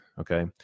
okay